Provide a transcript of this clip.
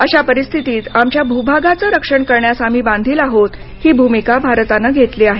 अश्या परिस्थितीत आमच्या भूभागाचं रक्षण करण्यास आम्ही बांधील आहोत ही भूमिका भारतानं घेतली आहे